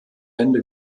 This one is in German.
ende